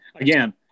again